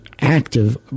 active